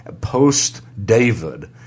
post-David